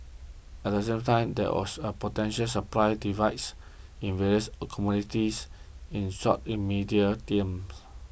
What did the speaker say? at the same time there also a potential supply devices in various commodities in short in medium games